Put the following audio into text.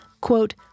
quote